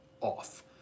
off